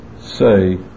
say